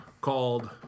called